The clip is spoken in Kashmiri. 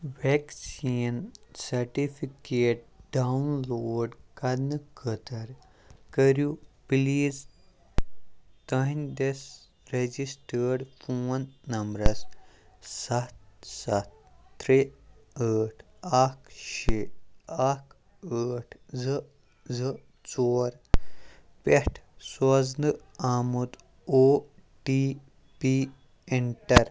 ویٚکسیٖن سرٹِفکیٹ ڈاوُن لوڈ کرنہٕ خٲطرٕ کٔرِو پلیز تُہنٛدِس رجسٹٔرڈ فون نمبرَس سَتھ سَتھ ترٛےٚ ٲٹھ اکھ شےٚ اکھ ٲٹھ زٕ زٕ ژور پٮ۪ٹھ سوزنہٕ آمُت او ٹی پی ایٚنٹر